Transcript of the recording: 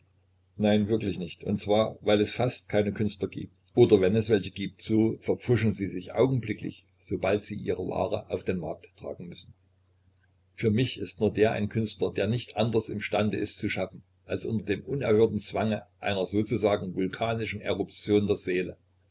nein wirklich nicht und zwar weil es fast keine künstler gibt oder wenn es welche gibt so verpfuschen sie sich augenblicklich sobald sie ihre ware auf den markt tragen müssen für mich ist nur der ein künstler der nicht anders im stande ist zu schaffen als unter dem unerhörten zwange einer sozusagen vulkanischen eruption der seele